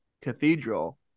cathedral